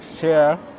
share